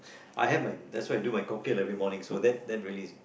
I have my that's why I do my cocktail every morning so that's release